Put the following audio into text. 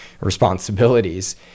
responsibilities